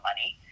money